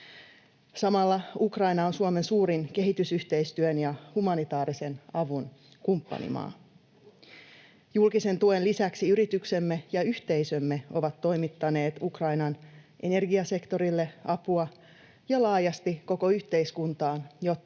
Samalla Ukraina on Suomen suurin kehitysyhteistyön ja humanitaarisen avun kumppanimaa. Julkisen tuen lisäksi yrityksemme ja yhteisömme ovat toimittaneet apua Ukrainan energiasektorille ja laajasti koko yhteiskuntaan,